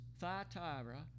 Thyatira